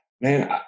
Man